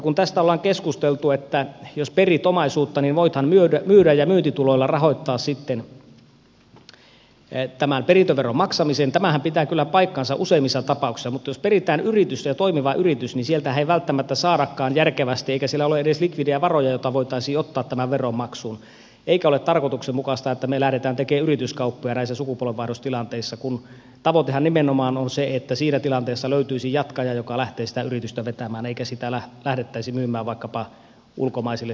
kun tästä ollaan keskusteltu että jos perit omaisuutta niin voithan myydä ja myyntituloilla rahoittaa sitten tämän perintöveron maksamisen tämähän kyllä pitää paikkansa useimmissa tapauksissa mutta jos peritään toimiva yritys niin sieltähän ei välttämättä saadakaan järkevästi eikä siellä ole edes likvidejä varoja joita voitaisiin ottaa tämän veron maksuun eikä ole tarkoituksenmukaista että me lähdemme tekemään yrityskauppoja näissä sukupolvenvaihdostilanteissa kun tavoitehan nimenomaan on se että siinä tilanteessa löytyisi jatkaja joka lähtee sitä yritystä vetämään eikä sitä lähdettäisi myymään vaikkapa ulkomaisille sijoittajille